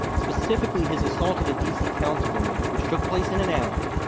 specifically his assault of a d c. councilwoman which took place in an alley,